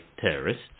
terrorists